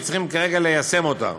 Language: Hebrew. וצריכים כרגע ליישם אותה.